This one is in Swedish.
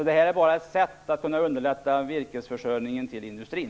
Det här är bara ett sätt att underlätta virkesförsörjningen till industrin.